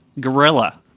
Gorilla